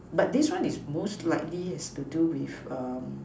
but this one is most likely have to do with